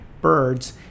birds